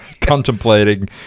contemplating